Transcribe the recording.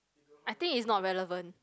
I think is not relevant